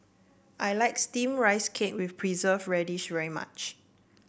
I like steamed Rice Cake with Preserved Radish very much